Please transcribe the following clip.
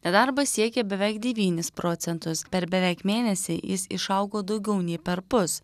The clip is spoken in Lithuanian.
nedarbas siekia beveik devynis procentus per beveik mėnesį jis išaugo daugiau nei perpus